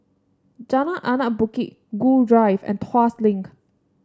Jalan Anak Bukit Gul Drive and Tuas Link